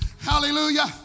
hallelujah